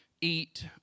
eat